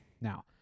Now